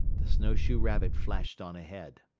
the snowshoe rabbit flashed on ahead.